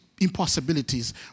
impossibilities